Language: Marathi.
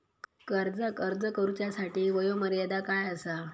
कर्जाक अर्ज करुच्यासाठी वयोमर्यादा काय आसा?